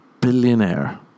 Billionaire